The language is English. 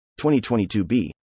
2022b